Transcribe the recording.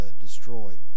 destroyed